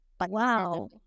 Wow